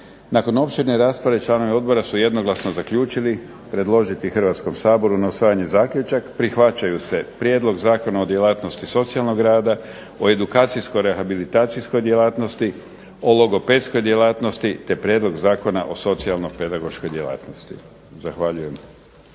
Nakon opširne rasprave članovi odbora su jednoglasno zaključili predložiti Hrvatskom saboru na usvajanje zaključak: prihvaćaju se Prijedlog zakona o djelatnosti socijalnog rada, o edukacijsko-rehabilitacijskoj djelatnosti, o logopedskoj djelatnosti te Prijedlog zakona o socijalno-pedagoškoj djelatnosti. Zahvaljujem.